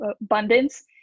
abundance